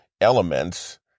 elements